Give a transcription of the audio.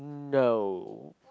no